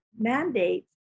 mandates